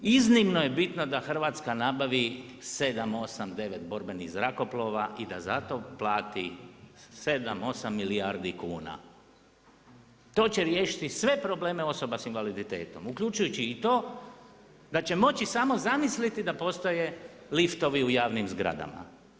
Iznimno je bitno da Hrvatska nabavi 7,8,9 borbenih zrakoplova i da za to plati 7, 8 milijardi kuna, to će riješiti sve probleme osoba s invaliditetom uključujući i to da će moći samo zamisliti da postoje liftovi u javnim zgradama.